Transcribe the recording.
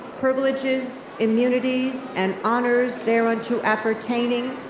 privileges, immunities, and honors thereunto appertaining,